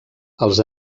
els